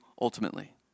ultimately